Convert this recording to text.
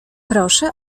proszę